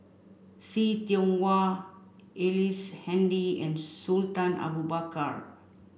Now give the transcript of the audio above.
See Tiong Wah Ellice Handy and Sultan Abu Bakar